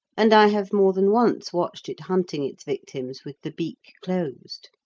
and i have more than once watched it hunting its victims with the beak closed.